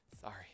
Sorry